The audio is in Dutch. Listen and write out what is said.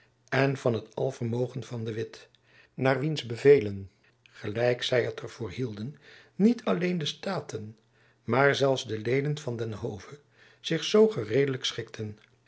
en van het alvermogen van de witt naar wiens bevelen gelijk zy het er voor hielden niet alleen de staten maar zelfs de leden van den hove zich zoo gereedelijk schikten